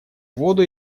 воду